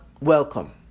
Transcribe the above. welcome